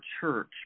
church